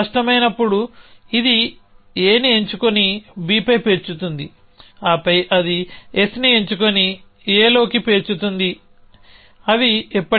అప్పుడు అది Aని ఎంచుకొని B పై పేర్చుతుంది ఆపై అది Sని ఎంచుకొని A లోకి పేర్చుతుంది అవి ఎప్పటికీ రావు